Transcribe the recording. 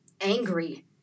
angry